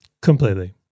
Completely